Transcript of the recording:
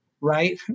right